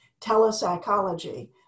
telepsychology